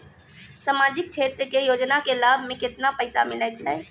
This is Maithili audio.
समाजिक क्षेत्र के योजना के लाभ मे केतना पैसा मिलै छै?